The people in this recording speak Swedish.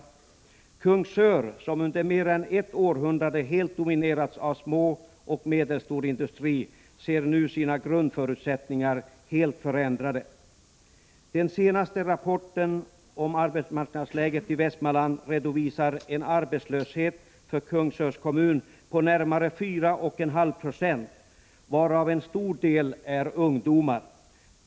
I Kungsör, som under mer än ett århundrade helt har dominerats av små och medelstora industrier, ser man nu hur kommunens grundförutsättningar helt förändrats. en arbetslöshet för Kungsörs kommun på närmare 4,5 20, varav en stor del Prot. 1985/86:103 gäller ungdomar.